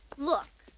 look,